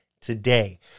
today